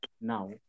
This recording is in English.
now